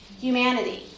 Humanity